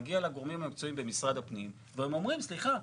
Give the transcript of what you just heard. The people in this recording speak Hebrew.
מגיע לגורמים המקצועיים במשרד הפנים והם אומרים סליחה,